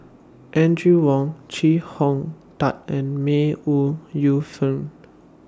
Audrey Wong Chee Hong Tat and May Ooi Yu Fen